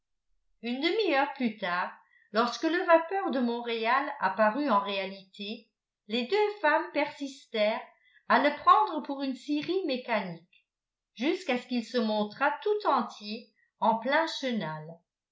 une demi-heure plus tard lorsque le vapeur de montréal apparut en réalité les deux femmes persistèrent à le prendre pour une scierie mécanique jusqu'à ce qu'il se montrât tout entier en plein chenal